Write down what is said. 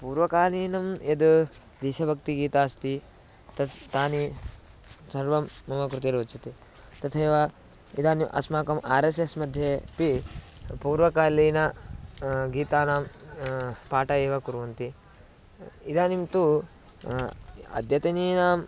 पूर्वकालीनं यत् देशभक्तिगीतम् अस्ति तत् तानि सर्वं मम कृते रोचते तथैव इदानीम् अस्माकम् आर् एस् एस् मध्येपि पूर्वकालीनं गीतानां पाठं एव कुर्वन्ति इदानीं तु अद्यतनीनां